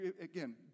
again